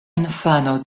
infano